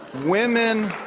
women